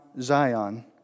Zion